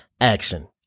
action